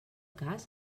cas